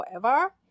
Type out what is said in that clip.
forever